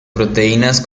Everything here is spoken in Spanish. proteínas